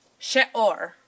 sheor